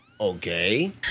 Okay